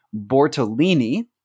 bortolini